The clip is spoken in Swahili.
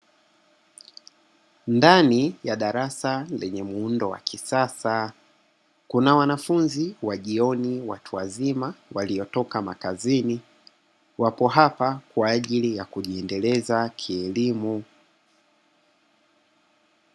Ndani ya darasa lenye muundo wa kisasa kuna wanafunzi wa jioni watu wazima, waliotoka makazini. Wapo hapa kwa ajili ya kujiendeleza kielimu.